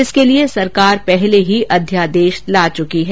इसके लिए सरकार पहले ही अध्यादेश ला चुकी है